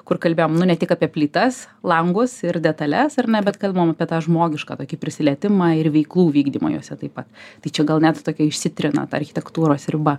kur kalbėjom nu ne tik apie plytas langus ir detales ar ne bet kalbam apie tą žmogišką tokį prisilietimą ir veiklų vykdymą juose taip pat tai čia gal net tokia išsitrina ta architektūros riba